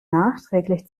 nachträglich